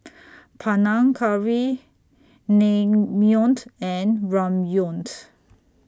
Panang Curry Naengmyeon and Ramyeon